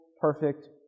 perfect